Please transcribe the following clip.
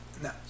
No